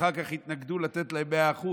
ואחר כך התנגדו לתת להם 100%,